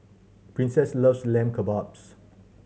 Princess loves Lamb Kebabs